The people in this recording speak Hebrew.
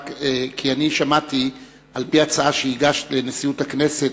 שמעתי שהגשת הצעה לנשיאות הכנסת,